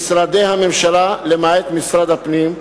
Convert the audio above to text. משרדי הממשלה למעט משרד הפנים,